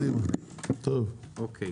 בסדר.